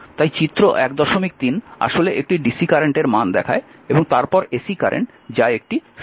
তাই চিত্র 13 আসলে একটি dc কারেন্টের মান দেখায় এবং তারপর ac কারেন্ট যা একটি সাইন তরঙ্গ